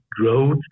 growth